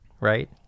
right